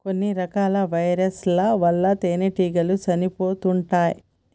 కొన్ని రకాల వైరస్ ల వల్ల తేనెటీగలు చనిపోతుంటాయ్